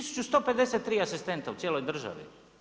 1153 asistenta u cijeloj državi.